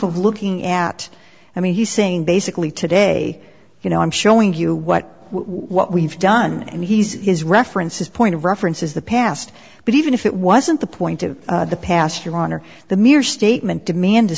of looking at i mean he's saying basically today you know i'm showing you what what we've done and he's his references point of reference is the past but even if it wasn't the point of the past your honor the mere statement demand a